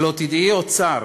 שלא תדעי עוד צער.